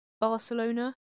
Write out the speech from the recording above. Barcelona